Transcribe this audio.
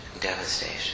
devastation